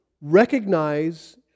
recognize